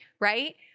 right